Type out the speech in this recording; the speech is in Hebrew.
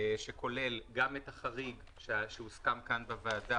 שכולל גם את החריג שהוסכם כאן בוועדה,